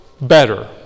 better